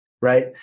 right